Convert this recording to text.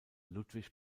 ludwig